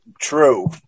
true